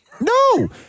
No